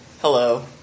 hello